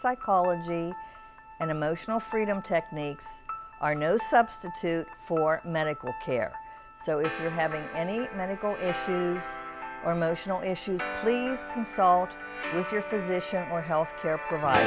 psychology and emotional freedom techniques are no substitute for medical care so if you're having any medical or emotional issues please consult with your physician or health care provider